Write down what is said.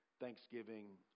thanksgiving